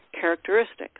characteristics